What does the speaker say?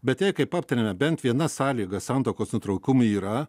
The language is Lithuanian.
bet jei kaip aptariame bent viena sąlyga santuokos nutraukimui yra